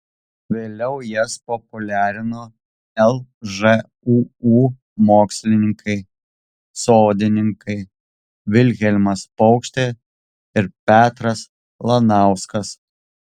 vėliau jas populiarino lžūu mokslininkai sodininkai vilhelmas paukštė ir petras lanauskas